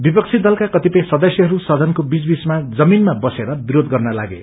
विपश्री दलका कतिपय सदस्यहरू सदनको बीघ बीघमा जमीनमा बसेर विरोध गर्न लागे